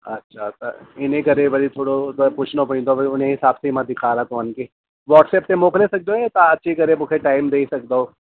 अच्छा त इन्हीअ करे वरी थोरो त पुछिणो पवंदो आहे वरी उन ई हिसाब सां मां ॾिखारां तव्हांखे वाट्सअप ते मोकिले सघंदो आहियां या तव्हां अची करे मूंखे टाइम ॾई सघंदव